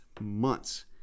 months